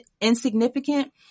insignificant